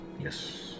Yes